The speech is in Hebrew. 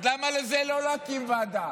אז למה לזה לא להקים ועדה,